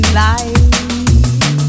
life